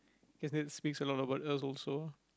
guess that speaks a lot about us also